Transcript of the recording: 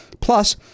plus